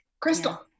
crystal